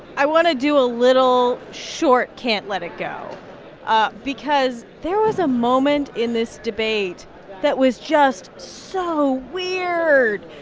i want to do a little short can't let it go ah because there was a moment in this debate that was just so weird.